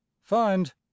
Find